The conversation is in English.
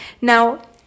Now